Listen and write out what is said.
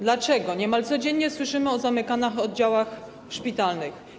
Dlaczego niemal codziennie słyszymy o zamykanych oddziałach szpitalnych?